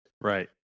right